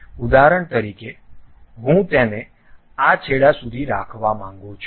ઉદાહરણ તરીકે હું તેને આ છેડા સુધી રાખવા માંગું છું